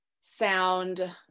sound